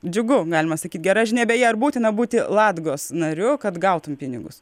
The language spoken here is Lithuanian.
džiugu galima sakyt gera žinia beje ar būtina būti latgos nariu kad gautum pinigus